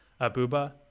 Abuba